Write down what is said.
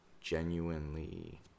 genuinely